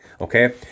okay